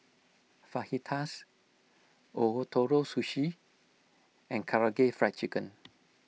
Fajitas Ootoro Sushi and Karaage Fried Chicken